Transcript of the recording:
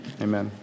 Amen